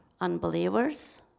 unbelievers